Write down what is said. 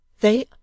They